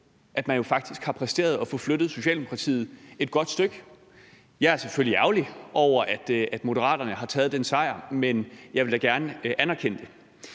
at man jo faktisk har præsteret at få flyttet Socialdemokratiet et godt stykke. Jeg er selvfølgelig ærgerlig over, at Moderaterne har taget den sejr, men jeg vil da gerne anerkende det.